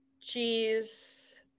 Cheese